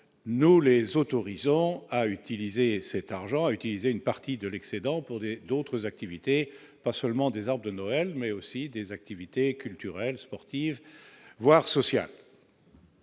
nous les autorisons à utiliser cet argent à utiliser une partie de l'excédent pour des d'autres activités, pas seulement des armes de Noël, mais aussi des activités culturelles, sportives, voire sociales.